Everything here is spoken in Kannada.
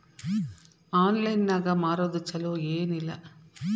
ಆನ್ಲೈನ್ ನಾಗ್ ಮಾರೋದು ಛಲೋ ಏನ್ ಇಲ್ಲ?